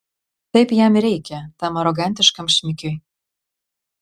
taip jam ir reikia tam arogantiškam šmikiui